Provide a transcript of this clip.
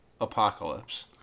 Apocalypse